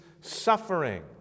suffering